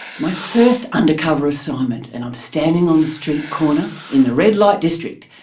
my first undercover assignment and i'm standing on the street corner in the red light district,